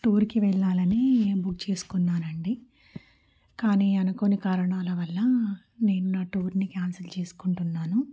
టూర్కి వెళ్ళాలని బుక్ చేసుకున్నాను అండి కానీ అనుకోని కారణాల వల్ల నిన్న టూర్ను క్యాన్సల్ చేసుకుంటున్నాను